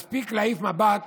מספיק להעיף מבט